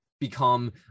become